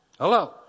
Hello